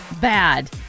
bad